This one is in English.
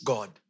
God